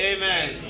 Amen